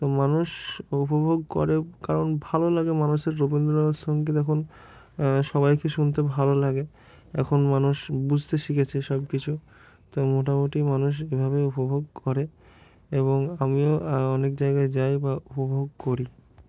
তো মানুষ উপভোগ করে কারণ ভালো লাগে মানুষের রবীন্দ্রনাথ সঙ্গীত এখন সবাইকে শুনতে ভালো লাগে এখন মানুষ বুঝতে শিখেছে সব কিছু তো মোটামুটি মানুষ এভাবে উপভোগ করে এবং আমিও অনেক জায়গায় যাই বা উপভোগ করি